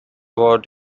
about